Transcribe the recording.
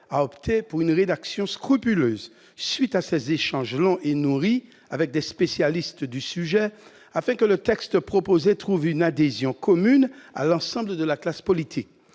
a opté pour une rédaction scrupuleuse, à la suite de ses échanges longs et nourris avec des spécialistes du sujet, afin que le texte proposé recueille l'adhésion de l'ensemble de la classe politique.